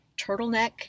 turtleneck